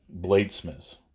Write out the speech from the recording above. bladesmiths